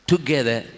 Together